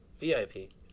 VIP